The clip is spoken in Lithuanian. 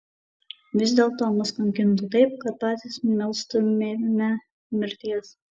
vis dėlto mus kankintų taip kad patys melstumėme mirties